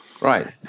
Right